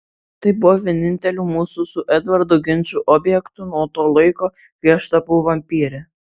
tai buvo vieninteliu mūsų su edvardu ginčų objektu nuo to laiko kai aš tapau vampyre